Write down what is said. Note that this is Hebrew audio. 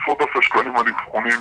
עשרות אלפי שקלים על אבחונים.